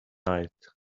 night